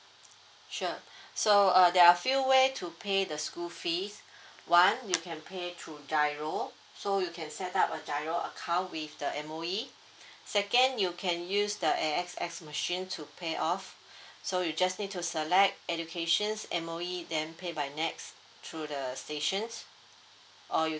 sure so uh there are few way to pay the school fees one you can pay through GIRO so you can set up a GIRO account with the M_O_E second you can use the A_X_S machine to pay off so you just need to select education M_O_E then pay by nets through the stations or you